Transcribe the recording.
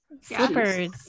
Slippers